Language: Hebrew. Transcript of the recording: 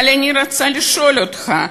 אבל אני רוצה לשאול אותך,